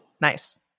Nice